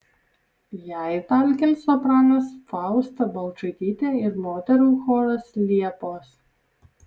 jai talkins sopranas fausta balčaitytė ir moterų choras liepos